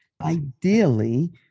Ideally